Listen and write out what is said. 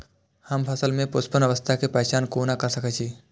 हम फसल में पुष्पन अवस्था के पहचान कोना कर सके छी?